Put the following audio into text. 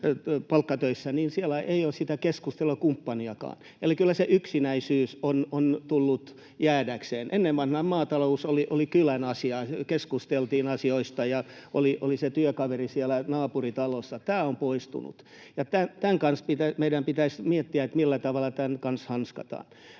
niin siellä ei ole sitä keskustelukumppaniakaan, eli kyllä se yksinäisyys on tullut jäädäkseen. Ennen vanhaan maatalous oli kylän asia, keskusteltiin asioista ja oli se työkaveri siellä naapuritalossa. Tämä on poistunut, ja meidän pitäisi miettiä, millä tavalla tämä hanskataan.